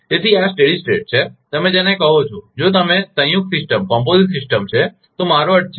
તેથી આ સ્થિર સ્થિતિ છે તમે જેને કહો છો જો તમે જો તે સંયુક્ત સિસ્ટમ છે તો મારો અર્થ છે